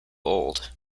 old